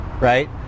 right